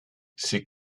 ses